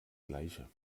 gleiche